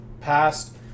passed